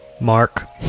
Mark